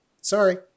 Sorry